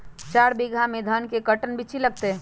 चार बीघा में धन के कर्टन बिच्ची लगतै?